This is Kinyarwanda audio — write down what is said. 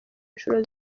inshuro